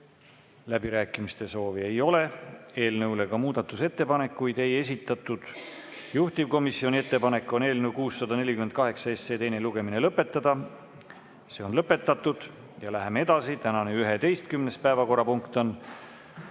Läbirääkimiste soovi ei ole. Eelnõu kohta muudatusettepanekuid ei esitatud. Juhtivkomisjoni ettepanek on eelnõu 648 teine lugemine lõpetada. See on lõpetatud. Ja läheme edasi. Tänane 11. päevakorrapunkt on